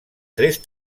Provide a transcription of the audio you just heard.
tres